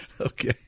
Okay